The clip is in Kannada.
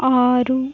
ಆರು